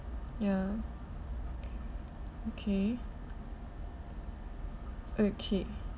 yeah okay okay